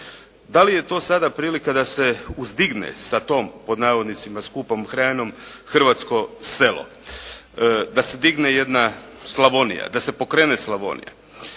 Da li je to sada prilika da se uzdigne sa tom pod navodnicima skupom hranom hrvatsko selo, da se digne jedna Slavonija, da se pokrene Slavonija.